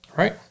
right